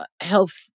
health